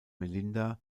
melinda